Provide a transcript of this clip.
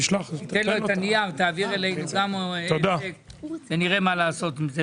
תן לו את הנייר תעביר אלינו גם העתק ונראה מה לעשות עם זה.